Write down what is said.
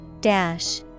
dash